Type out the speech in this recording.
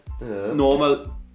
normal